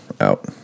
Out